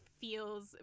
feels